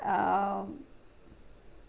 um